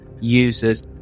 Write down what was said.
users